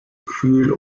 kühl